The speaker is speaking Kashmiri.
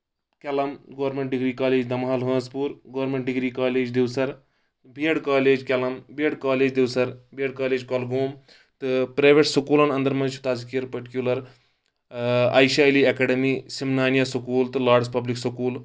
کیلم government degree college Damhal Hanji Pora government degree college Devsar BEd college Kelam BEd college Devsar BEd college Kulgam تہٕ پریویٹ سکوٗلن انٛدر منٛز چھُ تصکیٖر particular Ayesha Ali academy Simnania school تہٕ لاڈٕس پبلک سکوٗل